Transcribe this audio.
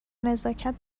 نزاکت